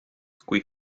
kui